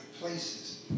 places